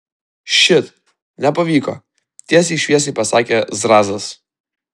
šit nepavyko tiesiai šviesiai pasakė zrazas